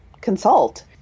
consult